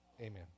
Amen